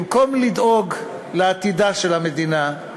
במקום לדאוג לעתידה של המדינה,